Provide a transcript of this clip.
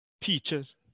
teachers